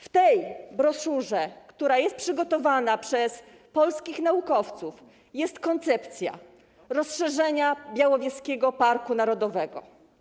W tej broszurze, która jest przygotowana przez polskich naukowców, jest koncepcja rozszerzenia Białowieskiego Parku Narodowego.